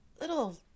little